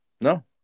No